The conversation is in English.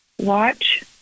Watch